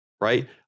right